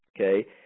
Okay